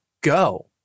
go